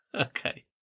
Okay